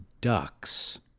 ducks